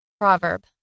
Proverb